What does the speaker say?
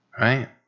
right